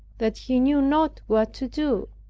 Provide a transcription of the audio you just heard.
that he knew not what to do.